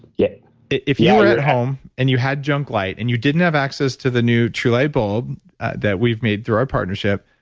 yeah if you're at home and you had junk light, and you didn't have access to the new truelight bulb that we've made through our partnership,